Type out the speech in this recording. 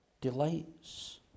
delights